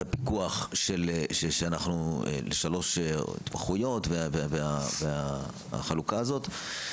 הפיקוח של שלוש התמחויות ואת החלוקה הזאת,